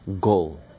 goal